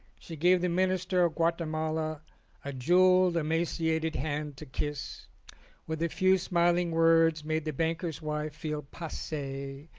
she gave the minister of guatemala a jewelled, emaciated hand to kiss with a few smiling words made the banker's wife feel passee,